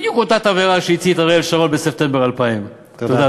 בדיוק אותה תבערה שהצית אריאל שרון בספטמבר 2000. תודה,